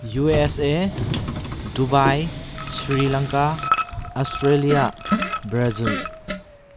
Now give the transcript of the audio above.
USA Dubai Sri Lanka Australia Brazil